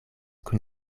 kun